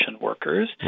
workers